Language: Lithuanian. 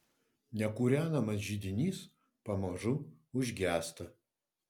nekūrenamas židinys pamažu užgęsta